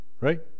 Right